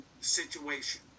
situation